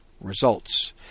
results